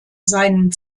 seinen